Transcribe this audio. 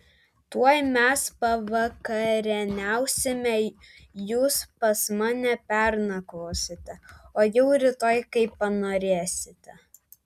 tuoj mes pavakarieniausime jūs pas mane pernakvosite o jau rytoj kaip panorėsite